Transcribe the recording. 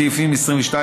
סעיפים 22,